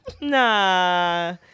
Nah